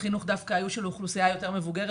חינוך היו דווקא של אוכלוסייה יותר מבוגרת,